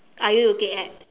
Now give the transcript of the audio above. are you looking at